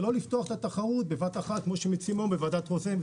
לא לפתוח את התחרות בבת אחת כמו שמציעים בוועדת רוזן.